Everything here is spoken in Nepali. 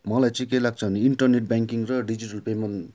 मलाई चाहिँ के लाग्छ भने इन्टरनेट ब्याङ्किङ र डिजिटल पेमेन्ट